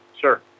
Sure